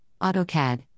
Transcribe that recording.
AutoCAD